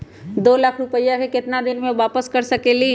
दो लाख रुपया के केतना दिन में वापस कर सकेली?